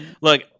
Look